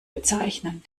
bezeichnen